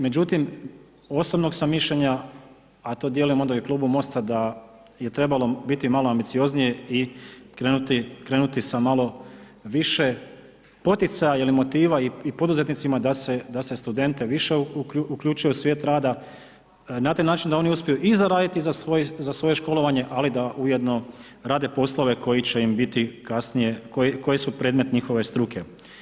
Međutim osobnog sam mišljenja, a to dijelim onda i u Klubu Mosta da je trebalo biti malo ambicioznije i krenuti sa malo više poticaja ili motiva i poduzetnicima da se studente više uključuje u svijet rada na taj način da oni uspiju i zaradi za svoje školovanje, ali da ujedno rade poslove koji će im biti kasnije koji su predmet njihove struke.